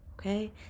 Okay